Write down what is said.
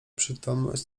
przytomność